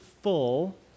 Full